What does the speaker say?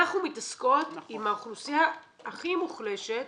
אנחנו מתעסקות עם האוכלוסייה הכי מוחלשת,